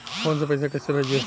Phone से पैसा कैसे भेजी?